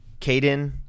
Caden